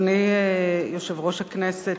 אדוני יושב-ראש הכנסת,